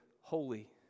holy